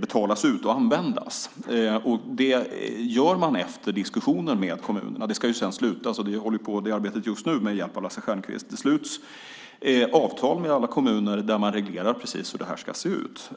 betalas ut och användas. Det gör man efter diskussioner med kommunerna. Sedan ska det slutas avtal. Det arbetet pågår just nu med hjälp av Lasse Stjernqvist. Det sluts avtal med alla kommuner där man reglerar precis hur det här ska se ut.